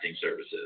services